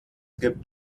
gibt